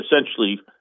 essentially